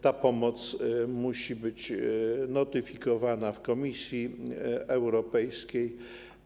Ta pomoc musi być notyfikowana w Komisji Europejskiej.